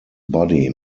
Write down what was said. body